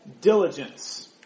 diligence